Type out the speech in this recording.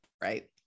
right